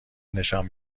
نشان